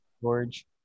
George